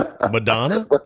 madonna